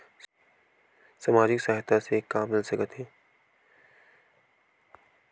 सामाजिक सहायता से का मिल सकत हे?